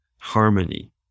harmony